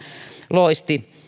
loisti